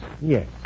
Yes